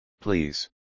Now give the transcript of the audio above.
please